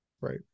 Right